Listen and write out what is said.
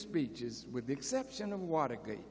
speeches with the exception of watergate